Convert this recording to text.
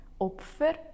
Opfer